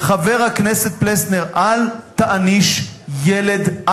חבר הכנסת פלסנר, אל תעניש ילד.